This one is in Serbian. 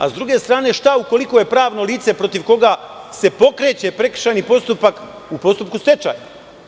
S druge strane, šta ukoliko je pravno lice, protiv koga se pokreće prekršajni postupak, u postupku stečaja?